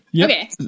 okay